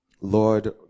Lord